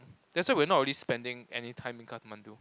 that's why we're not really spending any time in Kathmandu